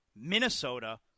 Minnesota